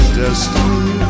destiny